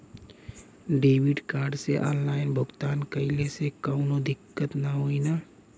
Debit card से online भुगतान कइले से काउनो दिक्कत ना होई न?